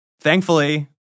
Thankfully